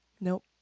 Nope